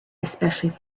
especially